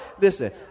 Listen